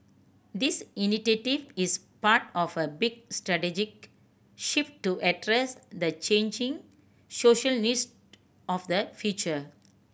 this initiative is part of a big strategic shift to address the changing social needs of the future